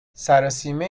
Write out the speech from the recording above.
سراسیمه